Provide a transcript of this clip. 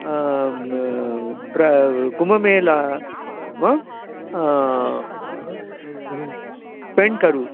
प्र कुम्भमेलं वा स्पेण्ट् कुरु